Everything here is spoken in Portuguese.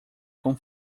com